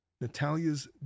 Natalia's